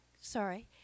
sorry